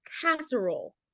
casserole